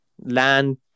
land